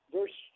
Verse